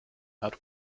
had